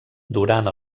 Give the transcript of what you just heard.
durant